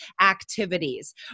activities